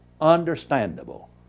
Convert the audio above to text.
understandable